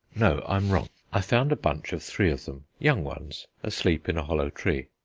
no, i am wrong i found a bunch of three of them young ones asleep in a hollow tree.